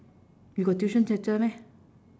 you got tuition centre meh